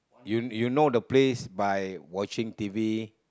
you you know the place by watching t_v